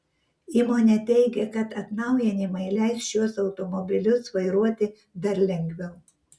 įmonė teigia kad atnaujinimai leis šiuos automobilius vairuoti dar lengviau